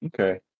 Okay